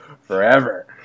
forever